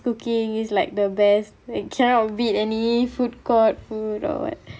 cooking is like the best like cannot beat any food court food or what